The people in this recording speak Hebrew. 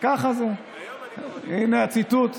הינה הציטוט.